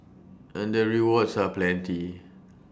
and the rewards are plenty